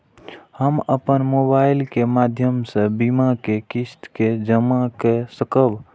हम अपन मोबाइल के माध्यम से बीमा के किस्त के जमा कै सकब?